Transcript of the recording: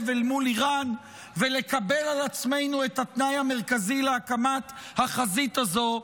אל מול איראן ולקבל על עצמנו את התנאי המרכזי להקמת החזית הזו,